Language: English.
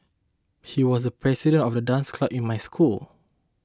he was the president of the dance club in my school